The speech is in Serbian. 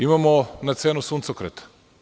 Imamo na cenu suncokreta.